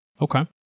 Okay